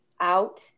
out